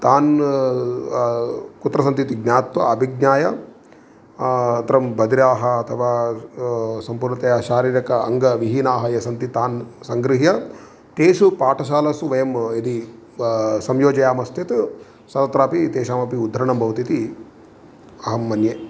तान् कुत्र सन्ति इति ज्ञात्वा आभिज्ञाय अत्रं बधिराः अथवा सम्पूर्णतया शारीरक अङ्गविहीनाः ये सन्ति तान् सङ्गगृह्य तेषु पाठशालासु वयं यदि ब संयोजयामश्चेत् तत्रापि तेषामपि उद्धरणं भवति इति अहं मन्ये